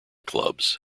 clubs